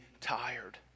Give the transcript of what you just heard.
tired